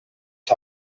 ich